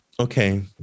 Okay